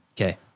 Okay